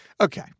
Okay